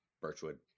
birchwood